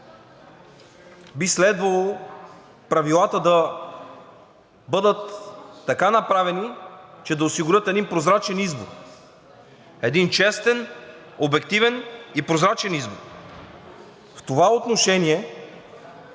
би следвало Правилата да бъдат така направени, че да осигурят един прозрачен избор. Един честен, обективен и прозрачен избор. В това отношение